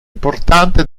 importante